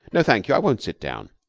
no, thank you, i won't sit down.